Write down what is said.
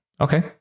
Okay